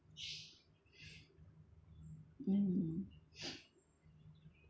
mm